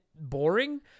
boring